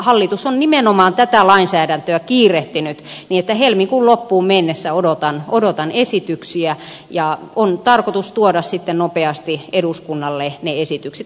hallitus on nimenomaan tätä lainsäädäntöä kiirehtinyt niin että helmikuun loppuun mennessä odotan esityksiä ja on tarkoitus tuoda sitten nopeasti eduskunnalle ne esitykset